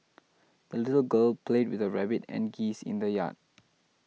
the little girl played with her rabbit and geese in the yard